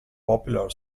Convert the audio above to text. popular